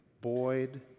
Boyd